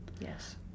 Yes